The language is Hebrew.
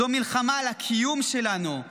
זו מלחמה על הקיום שלנו,